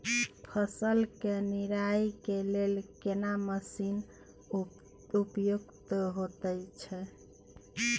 फसल के निराई के लेल केना मसीन उपयुक्त होयत छै?